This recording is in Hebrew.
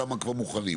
וכמה כבר מוכנים?